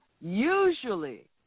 usually